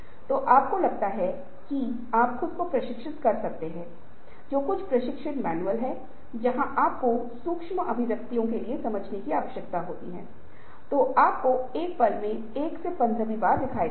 और अंत में यह कंपनी के प्रदर्शन संकेतक में परिलक्षित होगा जैसे कि इसका वित्तीय प्रदर्शन जैसे रिटर्न और परिसंपत्तियां इसका बाजार हिस्सा और इसके कर्मचारी का प्रदर्शन सभी में सुधार होगा